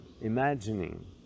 imagining